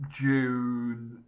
June